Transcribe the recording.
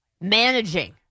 managing